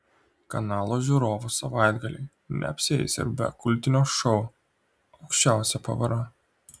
kanalo žiūrovų savaitgaliai neapsieis ir be kultinio šou aukščiausia pavara